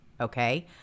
okay